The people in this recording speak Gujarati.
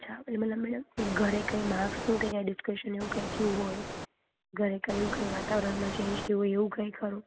અચ્છા મતલબ મેડમ એ ઘરે કાઇ માક્સનું કાઈ એડિસ્કશન એવું કંઈ થયું હોય ઘરે કંઈ એવું કંઈ વાતાવરણમાં ચેન્જ થયું હોય એવું કંઈ ખરું